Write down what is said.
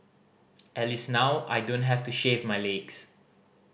at least now I don't have to shave my legs